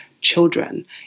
children